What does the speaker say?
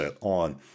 on